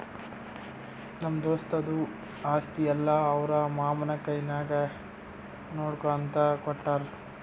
ನಮ್ಮ ದೋಸ್ತದು ಆಸ್ತಿ ಎಲ್ಲಾ ಅವ್ರ ಮಾಮಾ ಕೈನಾಗೆ ನೋಡ್ಕೋ ಅಂತ ಕೊಟ್ಟಾರ್